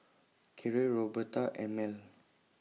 Keira Roberta and Mell